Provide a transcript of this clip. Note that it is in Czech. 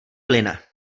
plyne